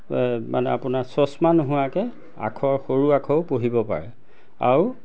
মানে আপোনাৰ চচমা নোহোৱাকে আখৰ সৰু আখৰো পঢ়িব পাৰে আৰু